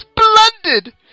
Splendid